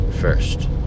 first